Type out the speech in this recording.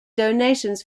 donations